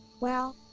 well,